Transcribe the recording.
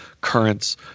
Currents